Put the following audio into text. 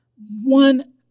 One